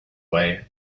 way